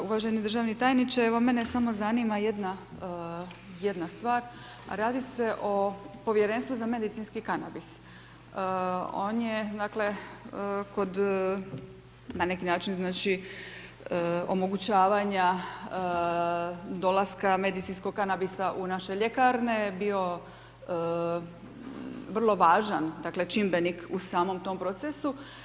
Uvaženi državni tajniče, mene samo zanima jedna stvar, a radi se o povjerenstvu za medicinski kanabis, on je dakle, kod na neki način, znači, omogućavanja, dolaska medicinskog kanabisa u naše ljekarne, bio vrlo važan čimbenik u samom tom procesu.